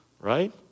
right